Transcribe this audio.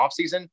offseason